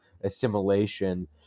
assimilation